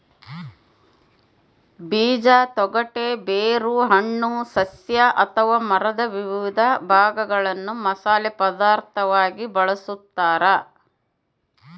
ಬೀಜ ತೊಗಟೆ ಬೇರು ಹಣ್ಣು ಸಸ್ಯ ಅಥವಾ ಮರದ ವಿವಿಧ ಭಾಗಗಳನ್ನು ಮಸಾಲೆ ಪದಾರ್ಥವಾಗಿ ಬಳಸತಾರ